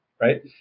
Right